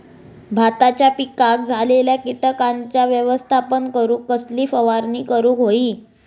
भाताच्या पिकांक झालेल्या किटकांचा व्यवस्थापन करूक कसली फवारणी करूक होई?